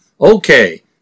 Okay